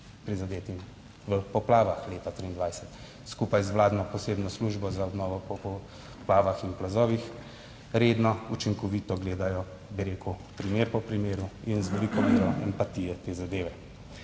prizadetim v poplavah leta 2023 skupaj z vladno posebno službo za obnovo po poplavah in plazovih, redno, učinkovito gledajo, bi rekel, primer po primeru in z veliko mero empatije do te zadeve.